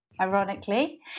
ironically